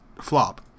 Flop